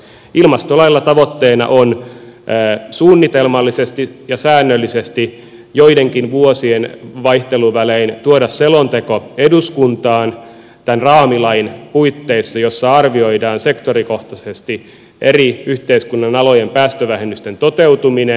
ilmastolailla tavoitteena on suunnitelmallisesti ja säännöllisesti joidenkin vuosien vaihteluvälein tuoda eduskuntaan tämän raamilain puitteissa selonteko jossa arvioidaan sektorikohtaisesti eri yhteiskunnan alojen päästövähennysten toteutuminen